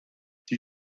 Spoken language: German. die